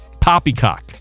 Poppycock